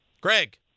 Greg